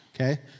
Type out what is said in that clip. okay